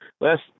Last